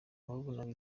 wabonaga